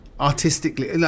artistically